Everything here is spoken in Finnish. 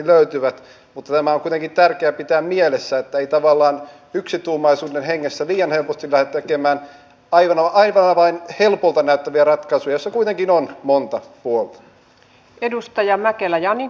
mutta tämä on kuitenkin tärkeä pitää mielessä että ei tavallaan yksituumaisuuden hengessä liian helposti lähdetä tekemään aina vain helpolta näyttäviä ratkaisuja joissa kuitenkin on monta puolta